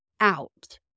out